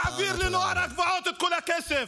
מעביר לנוער הגבעות את כל הכסף.